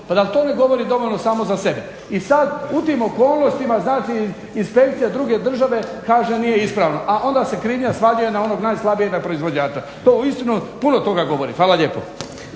Pa zar to ne govori dovoljno samo za sebe. I sad u tim okolnostima, znači inspekcija druge države kaže nije ispravna, a onda se krivnja svaljuje na onog najslabijeg, na proizvođača. To istinu puno toga govori. Hvala lijepo.